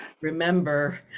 remember